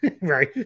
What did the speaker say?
Right